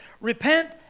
repent